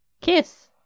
Kiss